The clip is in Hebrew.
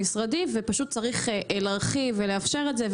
המשרד ופשוט צריך להרחיב ולאפשר את זה.